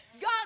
God